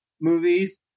movies